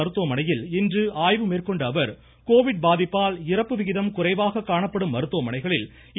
மருத்துவமனையில் இன்று ஆய்வு மேற்கொண்ட அவர் கோவிட் பாதிப்பால் இறப்பு விகிதம் குறைவாக காணப்படும் மருத்துவமனைகளில் இ